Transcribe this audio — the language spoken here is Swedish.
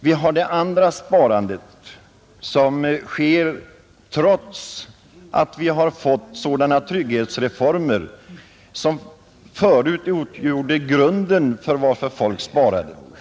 Vidare har vi det andra sparandet, som fortgår trots att vi fått sådana trygghetsreformer att det som förut utgjorde grunden till att folk sparade redan är garderat.